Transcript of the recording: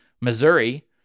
Missouri